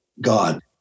God